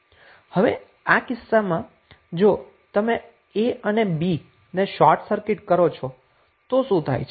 હવે આ કિસ્સામાં જો તમે a અને b ને શોર્ટ સર્કિટ કરો છો તો શું થાય છે